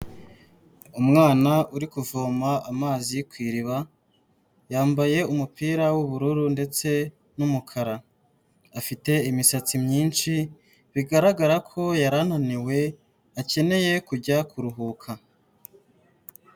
Umwana uri kuvoma amazi ku iriba, yambaye umupira w'ubururu ndetse n'umukara, afite imisatsi myinshi, bigaragara ko yari ananiwe, akeneye kujya kuruhuka.